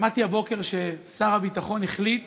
שמעתי הבוקר ששר הביטחון החליט